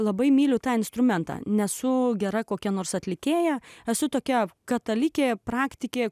labai myliu tą instrumentą nesu gera kokia nors atlikėja esu tokia katalikė praktikė